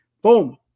boom